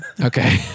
Okay